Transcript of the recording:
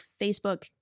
Facebook